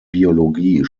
biologie